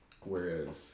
Whereas